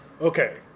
Okay